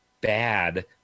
bad